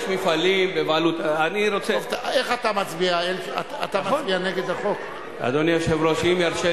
יש מפעלים --------- בסופר הכול כשר.